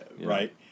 Right